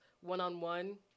one-on-one